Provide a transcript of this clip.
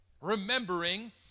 remembering